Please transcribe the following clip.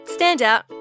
Standout